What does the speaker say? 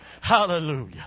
Hallelujah